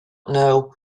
know